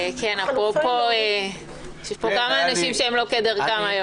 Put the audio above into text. יש פה כמה אנשים שהם לא כדרכם היום.